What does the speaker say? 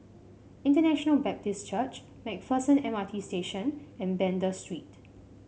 International Baptist Church MacPherson M R T Station and Banda Street